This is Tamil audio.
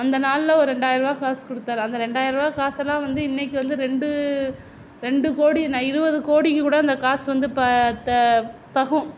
அந்த நாளில் ஒரு ரெண்டாயிரம் ரூபா காசு கொடுத்தாரு அந்த ரெண்டாயிரம் ரூபா காசெலாம் இன்னிக்கி வந்து ரெண்டு கோடி என்ன இருபது கோடிக்கு கூட அந்த காசு தகும்